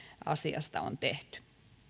asiasta on tehty